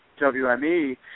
WME